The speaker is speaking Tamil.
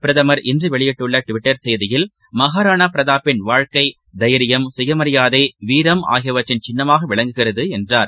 பிரதமர் இன்றுவெளியிட்டுள்ளடிவிட்டர் செய்தியில் மகாராணாபிரதாப்பின் வாழ்க்கை தைரியம் சுயமரியாதை வீரம் ஆகியவற்றின் சின்னமாகவிளங்குகிறதுஎன்றார்